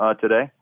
today